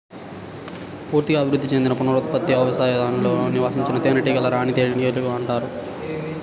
పూర్తిగా అభివృద్ధి చెందిన పునరుత్పత్తి అవయవాలతో నివసించే తేనెటీగనే రాణి తేనెటీగ అంటారు